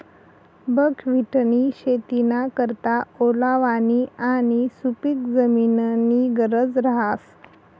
बकव्हिटनी शेतीना करता ओलावानी आणि सुपिक जमीननी गरज रहास